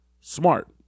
smart